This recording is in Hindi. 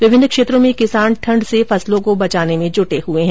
विभिन्न क्षेत्रों में किसान ठंड से फसलों को बचाने में जुटे हुए हैं